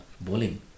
bowling